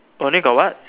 only got what